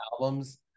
albums